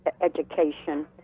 education